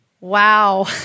Wow